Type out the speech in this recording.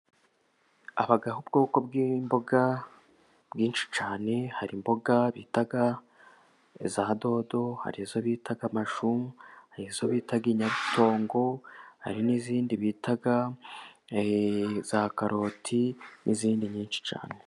Habaga ubwoko bw'imboga bwinshi cyane hari imboga bita za dodo, hari izo bita amashu harizo bita in nyabutongo, hari n'izindi bita za karoti n'izindi nyinshi cyane.